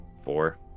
Four